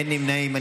אין נמנעים.